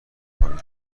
کنی